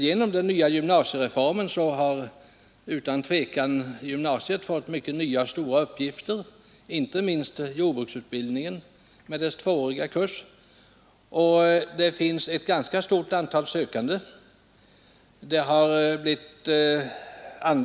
Genom den nya gymnasiereformen har utan tvivel gymnasiet fått många nya stora uppgifter, inte minst jordbruksutbildningen med dess tvååriga kurs. Det finns ett ganska stort antal sökande till denna.